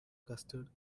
custard